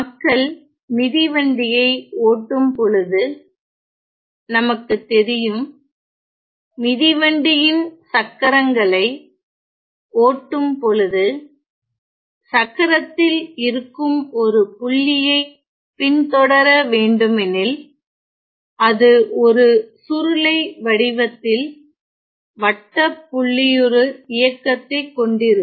மக்கள் மிதி வண்டியை ஓட்டும்பொழுது நமக்கு தெரியும் மிதிவண்டியின் சக்கரங்களை ஓட்டும்பொழுது சக்கரத்தில் இருக்கும் ஒரு புள்ளியை பின்தொடர வேண்டுமெனில் அது ஒரு சுருளை வடிவத்தில் வட்டப்புள்ளியுரு இயக்கத்தை கொண்டிருக்கும்